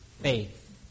faith